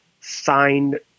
signed